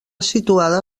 situada